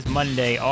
Monday